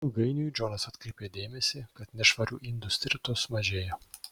ilgainiui džonas atkreipė dėmesį kad nešvarių indų stirtos mažėja